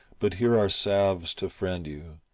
but here are salves to friend you,